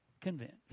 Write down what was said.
convinced